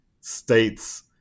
states